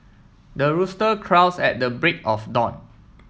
the rooster crows at the break of dawn